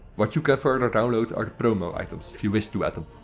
what you can further download are the promo items, if you wish to add them.